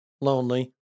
lonely